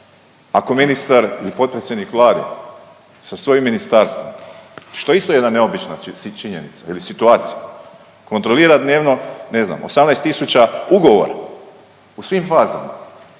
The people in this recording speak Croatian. Ako ministar ili potpredsjednik Vlade sa svojim ministarstvom, što je isto jedna neobična činjenica ili situacija kontrolira dnevno, ne znam, 18 tisuća ugovora u svim fazama,